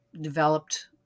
developed